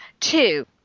two